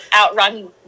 outrun